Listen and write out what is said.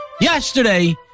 Yesterday